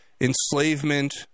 enslavement